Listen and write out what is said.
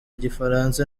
igifaransa